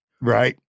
Right